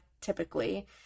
typically